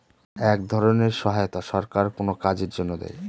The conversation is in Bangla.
এক ধরনের আর্থিক সহায়তা সরকার কোনো কাজের জন্য দেয়